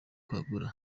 kwagura